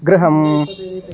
गृहम्